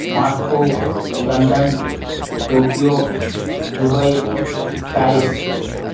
Moscow London Tokyo Dubai Paris